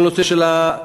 כל הנושא של הסוּפרים.